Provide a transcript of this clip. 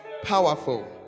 powerful